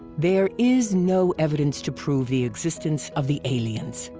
there is no evidence to prove the existence of the aliens.